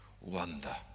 wonder